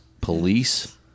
police